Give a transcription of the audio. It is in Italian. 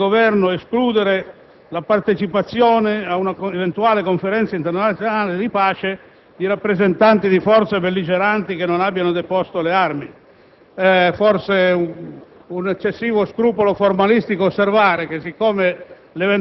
l'ordine del giorno G2 impegna il Governo ad escludere la partecipazione ad un'eventuale Conferenza internazionale di pace di rappresentanti di forze belligeranti che non abbiano deposto le armi.